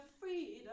freedom